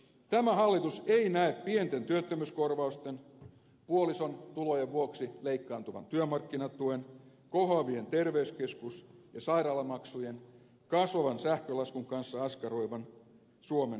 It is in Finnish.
tämä hallitus ei näe pienten työttömyyskorvausten puolison tulojen vuoksi leikkaantuvan työmarkkinatuen kohoavien terveyskeskus ja sairaalamaksujen kasvavan sähkölaskun kanssa askaroivan suomen todellisuuteen